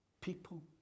People